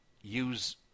use